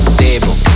table